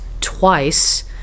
twice